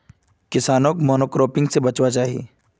किसानोक मोनोक्रॉपिंग से बचवार चाही